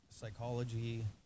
psychology